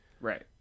Right